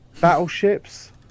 battleships